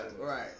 right